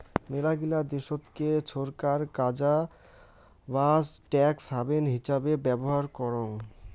মেলাগিলা দেশতকে ছরকার কাজা বা ট্যাক্স হ্যাভেন হিচাবে ব্যবহার করং